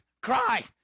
cry